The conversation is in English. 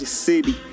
city